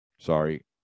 sorry